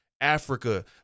Africa